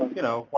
you know,